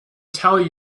tell